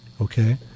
okay